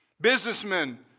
Businessmen